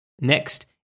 Next